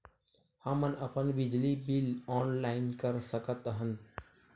हमन अपन बिजली बिल ऑनलाइन कर सकत हन?